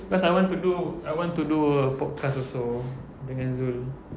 cause I want to do I want to do a podcast also dengan zul